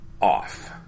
off